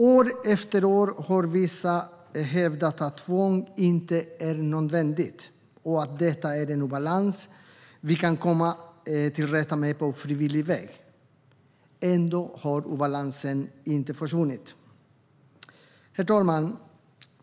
År efter år har vissa hävdat att tvång inte är nödvändigt och att detta är en obalans som vi kan komma till rätta med på frivillig väg. Ändå har obalansen inte försvunnit.